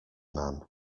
man